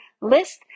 list